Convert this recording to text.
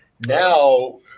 Now